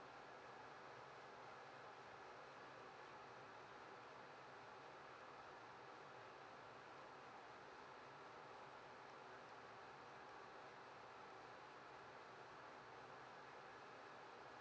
okay